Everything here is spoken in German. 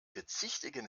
bezichtigen